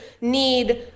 need